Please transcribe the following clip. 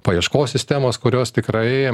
paieškos sistemos kurios tikrai